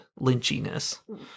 lynchiness